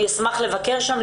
אני אשמח לבקר שם,